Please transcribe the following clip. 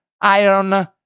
iron